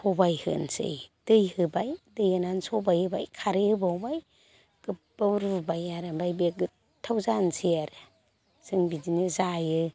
सबाइ होनोसै दै होबाय दै होनानै सबाइ होबाय खारै होबावबाय गोबाव रुबाय आरो ओमफ्राय बे गोथाव जानसै आरो जों बिदिनो जायो